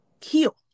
heal